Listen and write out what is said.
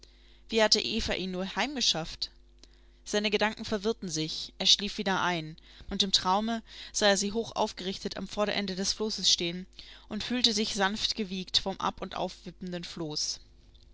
wie hatte eva ihn nur heimgeschafft seine gedanken verwirrten sich er schlief wieder ein und im traume sah er sie hochaufgerichtet am vorderende des floßes stehen und fühlte sich sanft gewiegt vom ab und auf wippenden floß